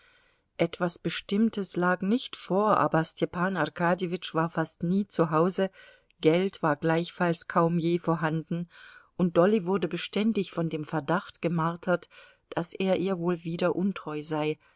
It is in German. etwas bestimmtes lag nicht vor aber stepan arkadjewitsch war fast nie zu hause geld war gleichfalls kaum je vorhanden und dolly wurde beständig von dem verdacht gemartert daß er ihr wohl wieder untreu sei